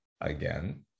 again